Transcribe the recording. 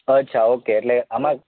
અચ્છા ઓકે એટલે આમાં